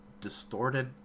distorted